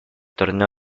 torneo